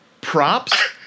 props